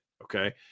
Okay